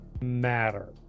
matter